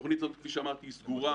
התוכנית הזאת כפי שאמרתי היא סגורה.